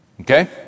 Okay